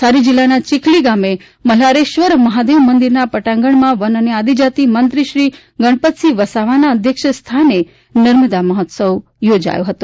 નવસારી જિલ્લાના ચીખલી ગામે મલ્હારેશ્વર મહાદેવ મંદિરના પટાંગણમાં વન અને આદિજાતિ મંત્રી મંત્રી શ્રી ગણપતસિંહ વસાવાના અધ્યક્ષસ્થાને નમામિ દેવી નર્મદે મહોત્સવ યોજાયો હતો